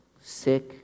sick